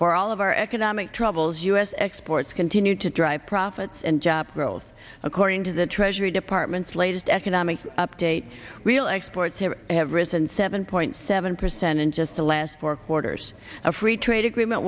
for all of our economic troubles u s exports continued to drive profits and job growth according to the treasury department's latest economic update real exports have risen seven point seven percent in just the last four quarters a free trade agreement